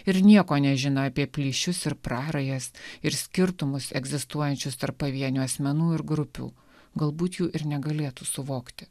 ir nieko nežino apie plyšius ir prarajas ir skirtumus egzistuojančius tarp pavienių asmenų ir grupių galbūt jų ir negalėtų suvokti